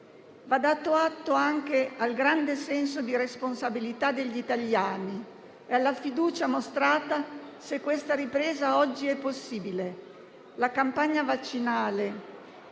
Va dato atto anche al grande senso di responsabilità degli italiani e alla fiducia mostrata, se questa ripresa oggi è possibile. *(Brusìo).* Scusi,